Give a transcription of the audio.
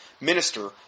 minister